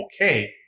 Okay